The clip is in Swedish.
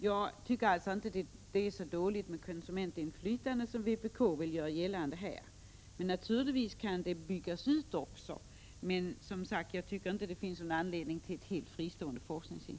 Jag tycker inte att det är så dåligt ställt med konsumentinflytandet som vpk vill göra gällande. Naturligtvis kan konsumentinflytandet byggas ut, men det finns enligt min mening inte någon anledning att starta ett helt — Prot. 1986/87:131 fristående forskningsinstitut.